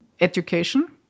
Education